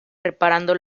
reparando